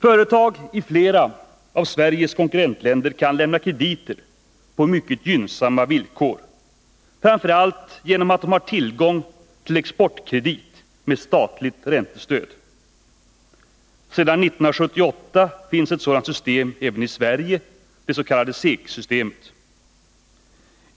Företag flera av Sveriges konkurrentländer kan lämna krediter på mycket gynnsamma villkor, framför allt genom att de har tillgång till exportkredit med statligt räntestöd. Sedan 1978 finns ett sådant system även i Sverige, det s.k. SEK-systemet.